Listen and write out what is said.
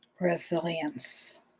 resilience